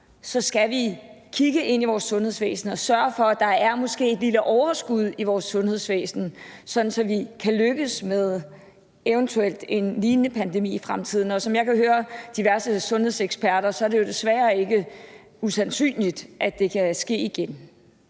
skal kigge ind i vores sundhedsvæsen og sørge for, at der måske er et lille overskud i det, sådan at vi eventuelt kan lykkes med hensyn til en lignende pandemi i fremtiden. Som jeg kan høre diverse sundhedseksperter, er det jo desværre ikke usandsynligt, at det kan ske igen.